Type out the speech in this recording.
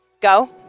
go